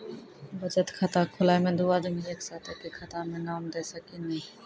बचत खाता खुलाए मे दू आदमी एक साथ एके खाता मे नाम दे सकी नी?